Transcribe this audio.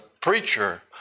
preacher